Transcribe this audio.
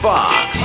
Fox